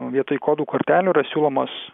vietoj kodų kortelių yra siūlomos